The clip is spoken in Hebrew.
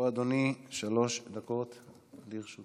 בוא, אדוני, שלוש דקות לרשותך.